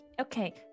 Okay